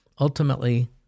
ultimately